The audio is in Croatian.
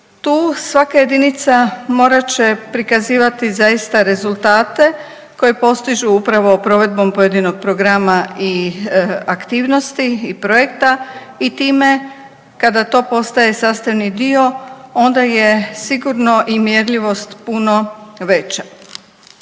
Tu svaka jedinica morat će prikazivati zaista rezultate koje postižu upravo provedbom pojedinog programa i aktivnosti i projekta i time kada to postaje sastavni dio onda je sigurno i mjerljivost puno veća.